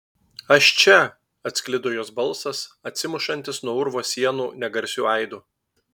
aš čia atsklido jos balsas atsimušantis nuo urvo sienų negarsiu aidu